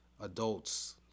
adults